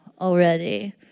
already